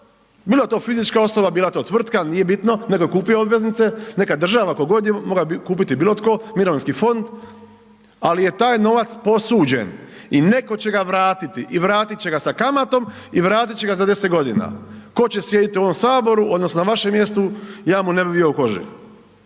bilo to fizička osoba, bila to tvrtka, nije bitno, nego je kupio obveznice, neka država, ko god je, moga bi kupiti bilo tko, mirovinski fond, ali je taj novac posuđen i neko će ga vratiti i vratit će ga sa kamatom i vratit će ga za 10.g., ko će sjediti u ovom saboru odnosno na vašem mjestu, ja mu ne bi bio u koži.